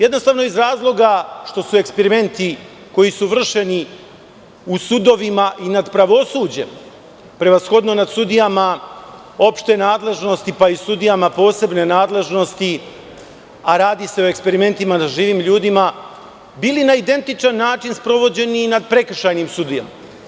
Jednostavno iz razloga što su eksperimenti koji su vršeni u sudovima i nad pravosuđem prevashodno nad sudijama opšte nadležnosti pa i sudijama posebne nadležnosti, a radi se o eksperimentima na živim ljudima, bili na identičan način sprovođeni i nad prekršajnim sudijama.